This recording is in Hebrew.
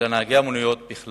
אלא בקרב נהגי המוניות בכלל,